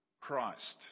Christ